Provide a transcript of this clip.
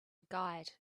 guide